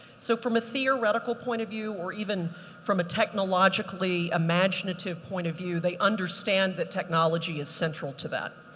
so, from a theoretical point of view, or even from a technologically imaginative point of view, they understand that technology is central to that.